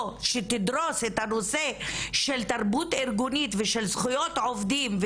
שתדרוס את הנושא של תרבות ארגונית ושל זכויות עובדים,